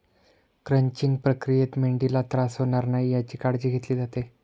crunching प्रक्रियेत मेंढीला त्रास होणार नाही याची काळजी घेतली जाते